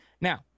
Now